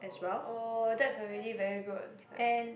oh that's already very good like